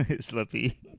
Slippy